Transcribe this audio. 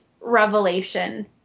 revelation